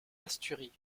asturies